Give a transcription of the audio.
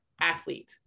athlete